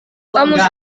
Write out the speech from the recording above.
kamus